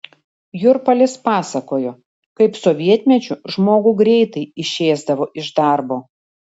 jurpalis pasakojo kaip sovietmečiu žmogų greitai išėsdavo iš darbo